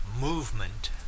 Movement